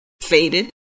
faded